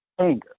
anger